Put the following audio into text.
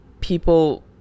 people